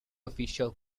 official